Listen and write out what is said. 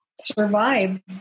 survive